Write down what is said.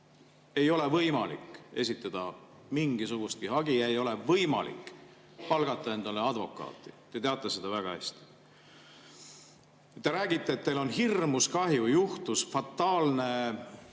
Ei ole võimalik esitada mingisugustki hagi, ei ole võimalik palgata endale advokaati. Te teate seda väga hästi. Te räägite, et teil on hirmus kahju, juhtus fataalne